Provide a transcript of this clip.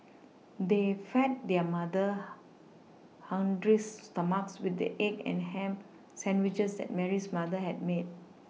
they fed their mother hungry stomachs with the egg and ham sandwiches that Mary's mother had made